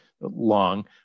long